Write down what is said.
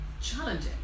challenging